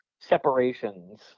separations